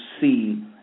see